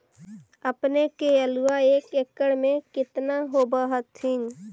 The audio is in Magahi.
अपने के आलुआ एक एकड़ मे कितना होब होत्थिन?